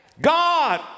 God